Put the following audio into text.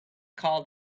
called